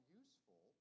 useful